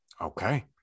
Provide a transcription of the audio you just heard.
Okay